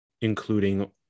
including